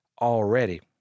already